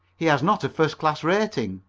he has not a first class rating.